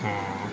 ହଁ